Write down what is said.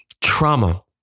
trauma